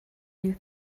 new